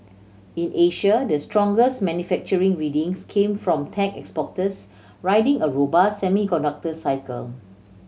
in Asia the strongest manufacturing readings came from tech exporters riding a robust semiconductor cycle